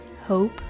hope